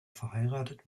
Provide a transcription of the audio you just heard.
verheiratet